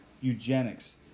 eugenics